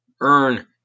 earn